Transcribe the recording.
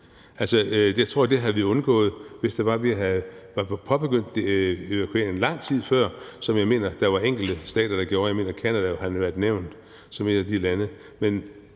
Jeg tror, at det havde vi undgået, hvis vi havde påbegyndt evakueringen lang tid før, hvad jeg mener der var enkelte stater der gjorde. Jeg mener, at Canada har været nævnt som et af de lande.